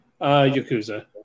Yakuza